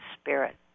spirit